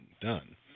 done